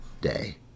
day